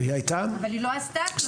אבל היא לא עשתה כלום.